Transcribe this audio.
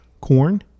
corn